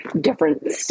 different